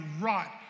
rot